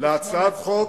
להצעת חוק